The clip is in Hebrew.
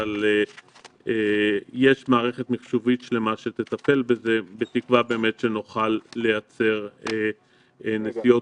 אבל יש מערכת מחשובית שלמה שתטפל בזה בתקווה באמת שנוכל לייצר נסיעות.